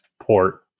port